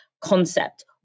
concept